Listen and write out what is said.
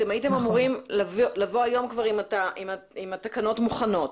אתם הייתם אמורים לבוא היום עם התקנות מוכנות.